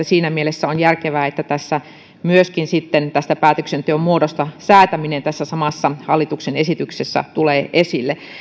siinä mielessä on järkevää että myöskin tästä päätöksenteon muodosta säätäminen tässä samassa hallituksen esityksessä tulee esille